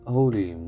Holy